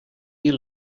dir